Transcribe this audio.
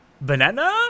Banana